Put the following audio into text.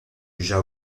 jugea